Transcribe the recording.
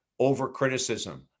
overcriticism